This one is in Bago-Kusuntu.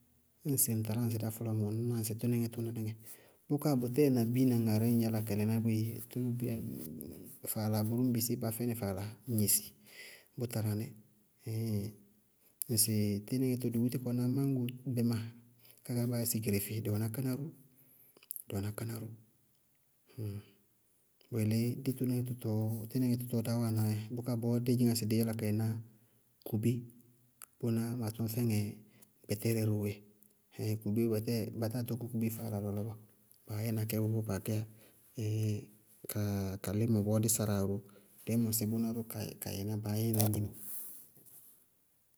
Ñŋsɩ ŋ talá ŋsɩ dá fɔlɔɔ mɔɔ ŋñ ná ŋsɩ tínɩŋɛ tʋná níŋɛ, bʋká bʋtɛɛ na biina ŋarɩí ŋñ yála ka lɛná boéé, tíwɔ bia faala bʋrʋ ñŋ bisíi bá fɛnɩ faala, ñ gnesi bʋ tala ní. ŋsɩ tínɩŋɛ tʋ dɩ búti kaná máñgo bɛmáa, kakaá baa yáa sɩ gireefée, dɩ wɛná káná ró, dɩ wɛná káná ró, bʋ yelé ditonɩŋɛ tɔɔ, tínɩŋɛ tɔɔ dáá wáanaá dzɛ, bʋká bɔɔ dí dzɩñŋá sɩ dɩí yála ka yɛná kubé, bʋnáá ma tʋñ fɛŋɛ gbɛtɛrɛ róó dzɛ, kubé, batáa tɔkɔ kubé faala bɔɔ, baá yɛna kɛ bɔɔ baa gɛ yá ɩɩɩŋ ka límɔ bɔɔ dí sáláa ró, dɩí mɔsí bʋná ró ka- ka yɛná baá yɛna gnimo.